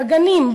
בגנים,